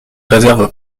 réserve